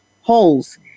holes